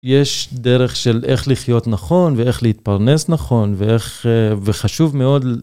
יש דרך של איך לחיות נכון, ואיך להתפרנס נכון, וחשוב מאוד.